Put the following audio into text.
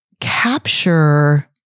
capture